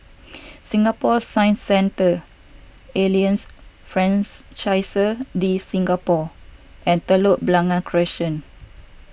Singapore Science Centre Alliance Francaise De Singapour and Telok Blangah Crescent